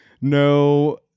no